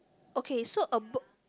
okay so uh b~